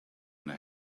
yna